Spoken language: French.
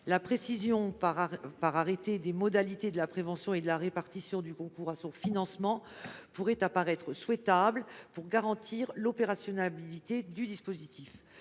La précision, par arrêté, des modalités de la prévention et de la répartition du concours à son financement pourrait apparaître souhaitable pour garantir l’opérationnalité du dispositif.